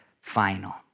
final